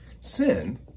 Sin